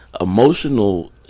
emotional